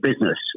business